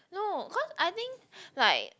no cause I think like